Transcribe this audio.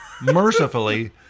mercifully